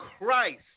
Christ